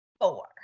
Four